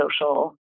social